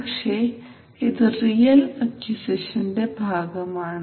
പക്ഷേ ഇത് റിയൽ അക്വിസിഷന്റെ ഭാഗമാണ്